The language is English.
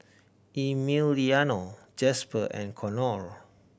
Emiliano Jasper and Conor